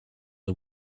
are